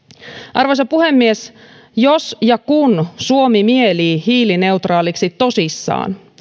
arvoisa puhemies jos ja kun suomi mielii hiilineutraaliksi tosissaan